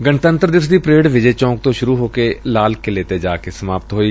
ਗਣੰਤਰ ਦਿਵਸ ਦੀ ਪਰੇਡ ਵਿਜੇ ਚੌਕ ਤੋਂ ਸੁਰੂ ਹੋ ਕੇ ਲਾਲ ਕਿਲ੍ਹੇ ਤੇ ਜਾ ਕੇ ਸਮਾਪਤ ਹੋਈ